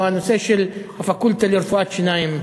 והוא הנושא של הפקולטה לרפואת שיניים,